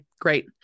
great